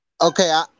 okay